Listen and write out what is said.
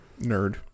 Nerd